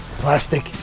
plastic